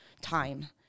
time